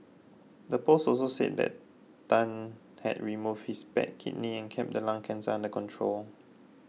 the post also said that Tan had removed his bad kidney and kept the lung cancer under control